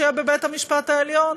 שיהיה בבית-המשפט העליון.